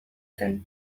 zen